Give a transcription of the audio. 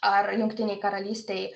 ar jungtinėj karalystėj